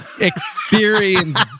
experience